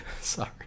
sorry